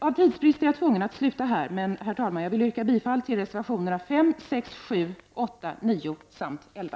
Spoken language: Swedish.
Av tidsbrist är jag tvungen att sluta här men, herr talman, jag yrkar bifall till reservationerna 5, 6, 7, 8, 9 och 11.